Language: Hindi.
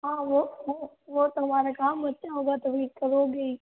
हाँ वो वो वो तो हमारा काम अच्छा होगा तभी करोगे ही